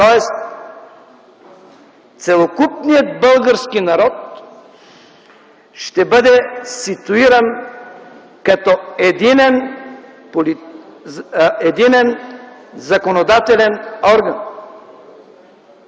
тоест целокупният български народ ще бъде ситуиран като единен законодателен орган.